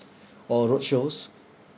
or roadshows